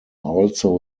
also